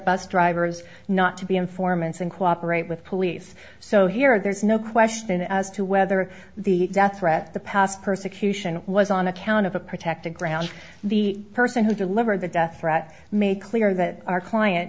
bus drivers not to be informants and cooperate with police so here there's no question as to whether the death threat the past persecution was on account of a protected ground the person who delivered the death threat made clear that our client